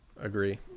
agree